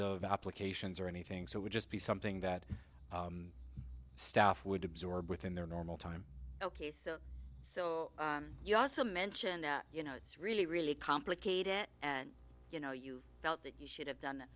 of applications or anything so it would just be something that staff would absorb within their normal time ok so so you also mentioned you know it's really really complicated and you know you felt that you should have done